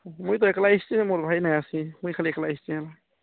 ମୁଇଁ ତ ଏକଲା ଆସ୍ଛି ମୋର୍ ଭାଇ ନାଇଁ ଆସ୍ଛି ମୁଇଁ ଖାଲି ଏକଲା ଆସ୍ଛି